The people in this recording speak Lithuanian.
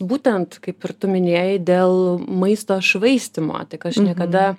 būtent kaip ir tu minėjai dėl maisto švaistymo tik aš niekada